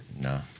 No